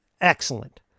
Excellent